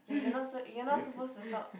ya you're not so you're not suppose to talk